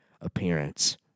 appearance